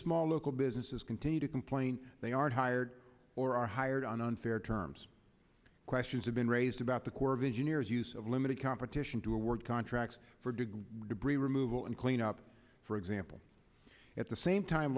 small local businesses continue to complain they are hired or are hired on unfair terms questions have been raised about the corps of engineers use of limited competition to award contracts for degree debris removal and cleanup for example at the same time